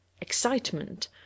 Excitement